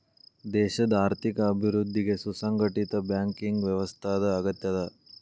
ದೇಶದ್ ಆರ್ಥಿಕ ಅಭಿವೃದ್ಧಿಗೆ ಸುಸಂಘಟಿತ ಬ್ಯಾಂಕಿಂಗ್ ವ್ಯವಸ್ಥಾದ್ ಅಗತ್ಯದ